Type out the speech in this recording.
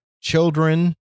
children